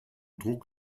druck